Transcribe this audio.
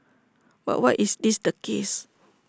but why is this the case